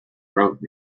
wrote